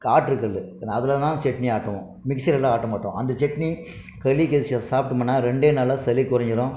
காற்று கல் அதுலதான் சட்னி ஆட்டுவோம் மிக்சிலெலாம் ஆட்ட மாட்டோம் அந்த சட்னி சாப்பிடம்னா ரெண்டே நாளில் சளி கொறஞ்சிடும்